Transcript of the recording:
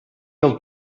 del